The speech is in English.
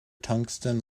tungsten